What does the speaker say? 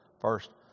First